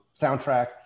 soundtrack